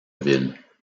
ville